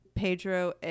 Pedro